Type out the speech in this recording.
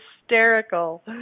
hysterical